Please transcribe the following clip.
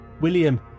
William